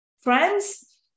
friends